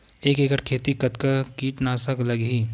एक एकड़ खेती कतका किट नाशक लगही?